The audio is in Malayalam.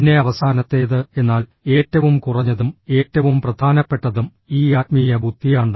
പിന്നെ അവസാനത്തേത് എന്നാൽ ഏറ്റവും കുറഞ്ഞതും ഏറ്റവും പ്രധാനപ്പെട്ടതും ഈ ആത്മീയ ബുദ്ധിയാണ്